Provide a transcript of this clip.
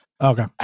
Okay